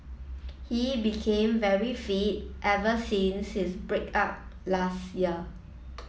he became very fit ever since his break up last year